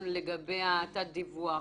לגבי התת דיווח.